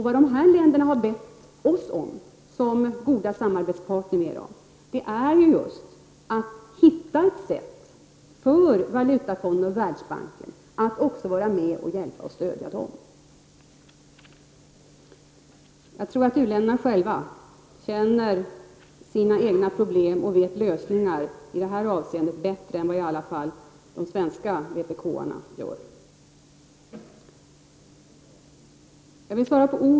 Vad dessa länder har bett oss om i vår egenskap av god samarbetspartner med dem är just att finna ett sätt för Valutafonden och Världsbanken att hjälpa och stödja dem. Jag tror att u-länderna själva känner sina egna problem och de lösningar som står till buds bättre än vad i varje fall svenska vpkare gör.